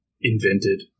invented